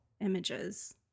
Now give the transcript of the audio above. images